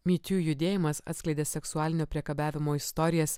me too judėjimas atskleidė seksualinio priekabiavimo istorijas